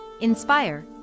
inspire